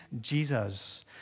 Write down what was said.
Jesus